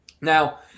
Now